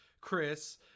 chris